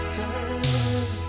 time